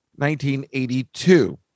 1982